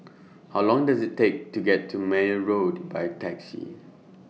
How Long Does IT Take to get to Meyer Road By Taxi